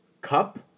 cup